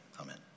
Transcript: Amen